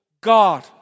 God